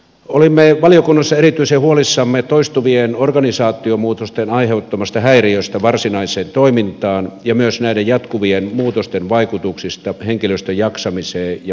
olimme valiokunnassa erityisen huolissamme toistuvien organisaatiomuutosten aiheuttamasta häiriöstä varsinaiseen toimintaan ja myös näiden jatkuvien muutosten vaikutuksista henkilöstön jaksamiseen ja motivaatioon